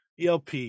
ELP